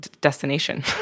destination